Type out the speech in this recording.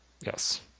Yes